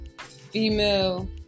female